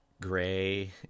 gray